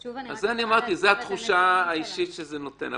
אז אמרתי, זו התחושה האישית שזה נותן.